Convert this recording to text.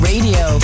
Radio